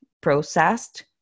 processed